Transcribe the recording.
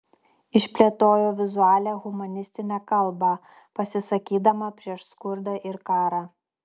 išplėtojo vizualią humanistinę kalbą pasisakydama prieš skurdą ir karą